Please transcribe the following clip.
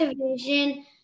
Division